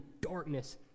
darkness